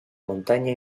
montaña